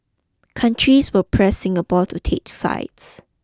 countries will press Singapore to take sides